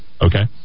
Okay